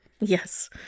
Yes